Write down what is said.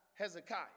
Hezekiah